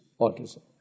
autism